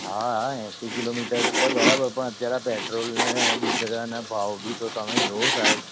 હા હા એંશી કિલોમીટર છે બરાબર પણ અત્યારે પેટ્રોલને ડીઝલ બધાના ભાવ બી તો તમે જુઓ સાહેબ